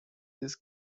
this